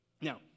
Now